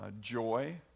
joy